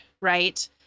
right